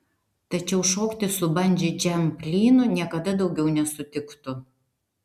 tačiau šokti su bandži džamp lynu niekada daugiau nesutiktų